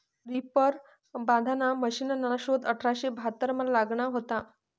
reaper बांधाना मशिनना शोध अठराशे बहात्तरमा लागना व्हता